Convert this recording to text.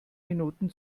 minuten